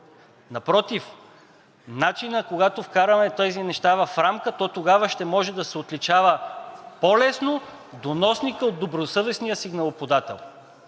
Напротив, начина, когато вкараме тези неща в рамка, то тогава ще може да се отличава по-лесно доносникът от добросъвестния сигналоподател.